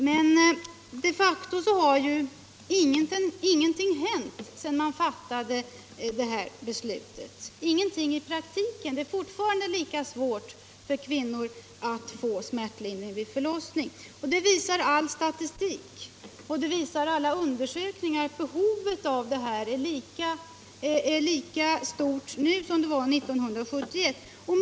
Men de facto har i praktiken ingenting hänt sedan man fattade det här beslutet. Det är fortfarande lika svårt för kvinnor att få smärtlindring vid förlossning. All statistik och alla undersökningar visar att behovet är lika stort nu som 1971.